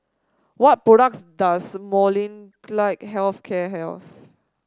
what products does Molnylcke Health Care have